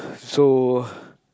so ppl